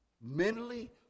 Mentally